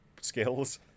skills